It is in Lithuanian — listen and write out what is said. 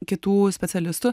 kitų specialistų